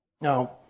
Now